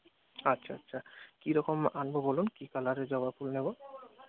আচ্ছা আচ্ছা কী রকম আনবো বলুন কী কালারের জবা ফুল নেব